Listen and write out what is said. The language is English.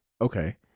Okay